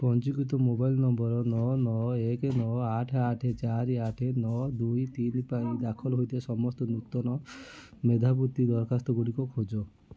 ପଞ୍ଜୀକୃତ mobile number ନଅ ନଅ ଏକ ନଅ ଆଠ ଆଠ ଚାରି ଆଠ ନଅ ଦୁଇ ତିନି ପାଇଁ ଦାଖଲ ହେଇଥିବା ସମସ୍ତ ନୂତନ ମେଧାବୃତ୍ତି ଦରଖାସ୍ତଗୁଡ଼ିକ ଖୋଜ